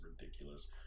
ridiculous